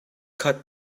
khat